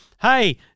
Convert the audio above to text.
hey